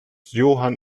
johann